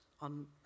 On